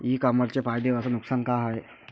इ कामर्सचे फायदे अस नुकसान का हाये